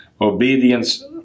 obedience